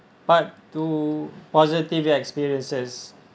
part two positive experiences